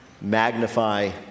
magnify